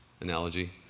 analogy